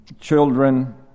children